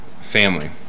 family